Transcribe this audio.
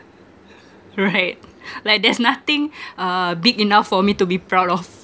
right like there's nothing uh big enough for me to be proud of